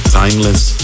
timeless